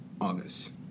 August